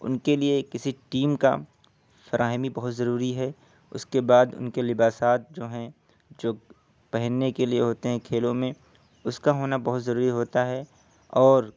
ان کے لیے کسی ٹیم کا فراہمی بہت ضروری ہے اس کے بعد ان کے لباس جو ہیں جو پہننے کے لیے ہوتے ہیں کھیلوں میں اس کا ہونا بہت ضروری ہوتا ہے اور